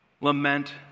Lament